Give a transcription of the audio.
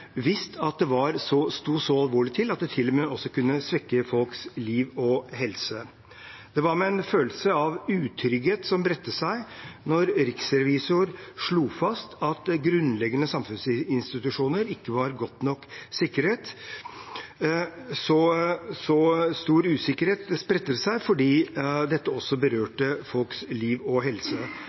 visst at det sto så alvorlig til at det til og med kunne svekke folks liv og helse. Det var en følelse av utrygghet som bredte seg da riksrevisoren slo fast at grunnleggende samfunnsinstitusjoner ikke var godt nok sikret. Stor usikkerhet bredte seg fordi dette også berørte folks liv og helse.